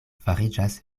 fariĝas